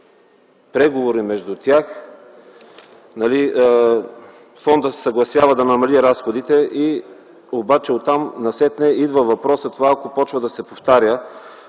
преговори между тях, фондът се съгласява да намали разходите, обаче оттам насетне идва въпросът ако това започне да се повтаря.